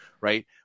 Right